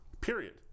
Period